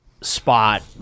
spot